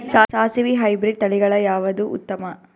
ಸಾಸಿವಿ ಹೈಬ್ರಿಡ್ ತಳಿಗಳ ಯಾವದು ಉತ್ತಮ?